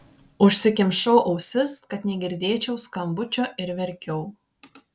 užsikimšau ausis kad negirdėčiau skambučio ir verkiau